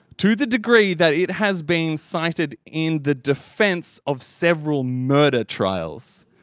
to the degree that it has been cited in the defence of several murder trials.